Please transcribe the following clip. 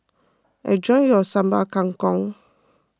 enjoy your Sambal Kangkong